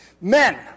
Men